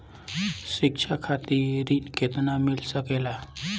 शिक्षा खातिर ऋण केतना मिल सकेला?